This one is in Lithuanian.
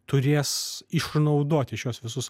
turės išnaudoti šiuos visus